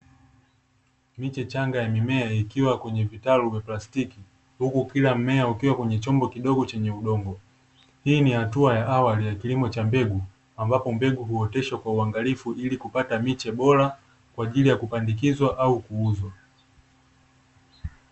Miche changa ya mimea ikiwa kwenye vitalu vya plastiki, huku kila mmea ukiwa kwenye chombo kidogo chenye udongo. Hii ni hatua ya awali ya kilimo cha mbegu ambapo mbegu huoteshwa kwa uangalifu ili kupata miche bora kwa ajili ya kupandikizwa au kuuzwa.